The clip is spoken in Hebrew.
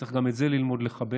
צריך גם את זה ללמוד לכבד.